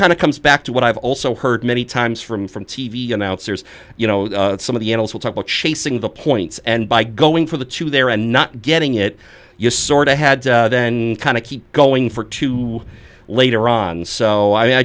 kind of comes back to what i've also heard many times from from t v announcers you know some of the analysts will talk about chasing the points and by going for the two there and not getting it you sort of had to then kind of keep going for two later on so i